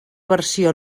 versió